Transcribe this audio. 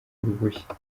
uruhushya